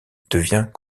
devient